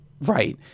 right